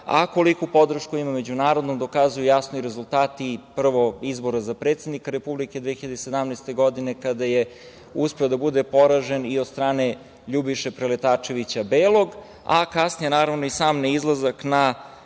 Koliku podršku ima među narodom pokazuju jasni rezultati, prvo izbora za predsednika Republike 2017. godine, kada je uspeo da bude poražen i od strane Ljubiše Preletačevića Belog, a kasnije, naravno, i sam neizlazak na